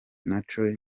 naco